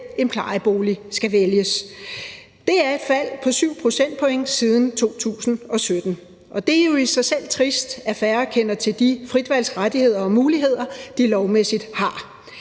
en plejebolig, skal vælges. Det er et fald på 7 procentpoint siden 2017, og det er i sig selv trist, at færre kender til de fritvalgsrettigheder og -muligheder, de lovmæssigt har.